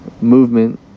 movement